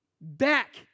back